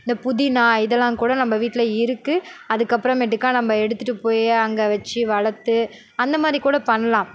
இந்த புதினா இதெல்லாம் கூட நம்ம வீட்டில இருக்குது அதுக்கப்புறமேட்டுக்கா நம்ம எடுத்துட்டு போய் அங்கே வச்சு வளர்த்து அந்தமாதிரி கூட பண்ணலாம்